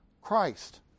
Christ